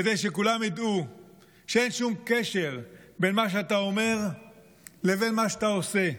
כדי שכולם ידעו שאין שום קשר בין מה שאתה אומר לבין מה שאתה עושה.